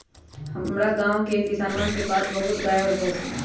हमरा गाँव के किसानवन के पास बहुत गाय और भैंस हई